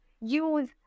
use